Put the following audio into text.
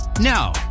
Now